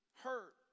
hurt